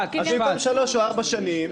במקום שלוש או ארבע שנים,